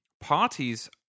parties